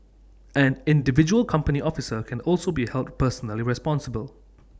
an individual company officer can also be held personally responsible